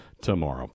tomorrow